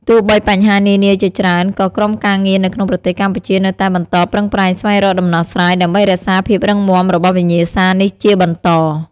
ទោះបីបញ្ហានានាជាច្រើន ក៏ក្រុមការងារនៅក្នុងប្រទេសកម្ពុជានៅតែបន្តប្រឹងប្រែងស្វែងរកដំណោះស្រាយ ដើម្បីរក្សាភាពរឹងមាំរបស់វិញ្ញាសានេះជាបន្ត។